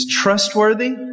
trustworthy